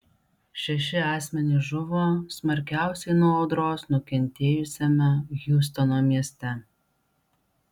šeši asmenys žuvo smarkiausiai nuo audros nukentėjusiame hjustono mieste